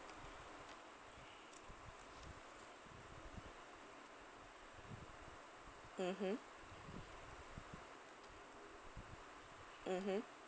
mmhmm mmhmm